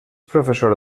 professor